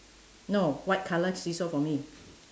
no white colour seesaw for me